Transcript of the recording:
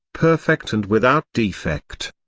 perfect and without defect.